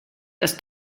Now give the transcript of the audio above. das